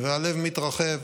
והלב מתרחב.